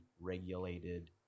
regulated